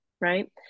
Right